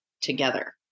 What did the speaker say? together